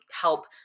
help